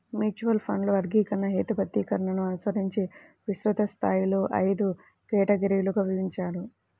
mutual ఫండ్ల వర్గీకరణ, హేతుబద్ధీకరణను అనుసరించి విస్తృత స్థాయిలో ఐదు కేటగిరీలుగా విభజించారు